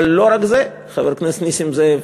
אבל לא רק זה, חבר הכנסת נסים זאב.